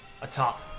atop